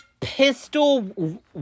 pistol